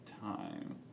time